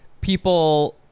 people